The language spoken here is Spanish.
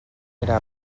era